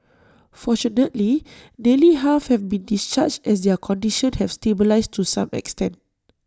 fortunately nearly half have been discharged as their condition have stabilised to some extent